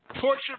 Torture